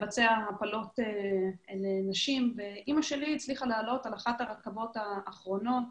לבצע הפלות אצל נשים ואימא שלי הצליחה לעלות על אחת הרכבות האחרונות